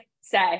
say